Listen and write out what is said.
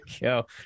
go